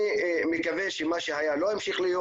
אני מקווה שמה שהיה לא ימשיך להיות.